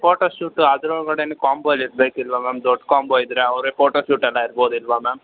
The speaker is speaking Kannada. ಫೋಟೋಶೂಟು ಅದ್ರ ಒಳಗಡೆನೇ ಕಾಂಬೋಲಿ ಇರಬೇಕಿಲ್ವ ಮ್ಯಾಮ್ ದೊಡ್ಡ ಕಾಂಬೋ ಇದ್ದರೆ ಅವರೇ ಫೋಟೋಶೂಟ್ ಎಲ್ಲ ಇರ್ಬೋದಿಲ್ವಾ ಮ್ಯಾಮ್